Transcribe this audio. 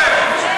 לא נכון.